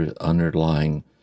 underlying